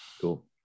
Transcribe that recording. Cool